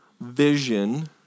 vision